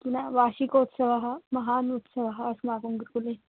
पुनः वार्षिकोत्सवः महान् उत्सवः अस्माकं गुरुकुले